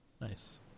Nice